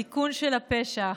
תיקון של הפשע.